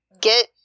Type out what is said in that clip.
get